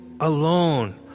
alone